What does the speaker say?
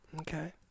Okay